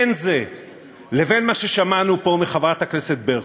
בין זה לבין מה ששמענו פה מחברת הכנסת ברקו,